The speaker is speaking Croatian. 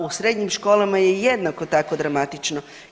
U srednjim školama je jednako tako dramatično.